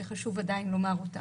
שחשוב לומר אותה,